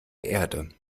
erde